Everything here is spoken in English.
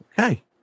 Okay